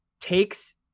takes